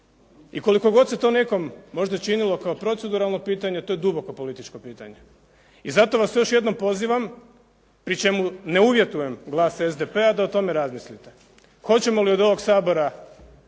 I koliko god se to nekom možda činilo kao proceduralno pitanje to je duboko političko pitanje. I zato vas još jednom pozivam pri čemu ne uvjetujem glas SDP-a da o tome razmislite hoćemo li od ovog Sabora